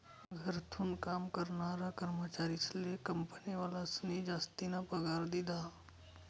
घरथून काम करनारा कर्मचारीस्ले कंपनीवालास्नी जासतीना पगार दिधा